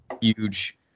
Huge